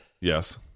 Yes